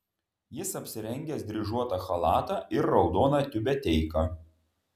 jis apsirengęs dryžuotą chalatą ir raudoną tiubeteiką